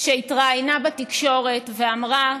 שהתראיינה בתקשורת ואמרה: